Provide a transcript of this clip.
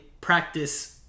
practice